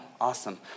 awesome